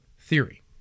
theory